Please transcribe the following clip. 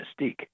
Mystique